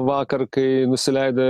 vakar kai nusileido